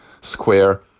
square